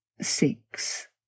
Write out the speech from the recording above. six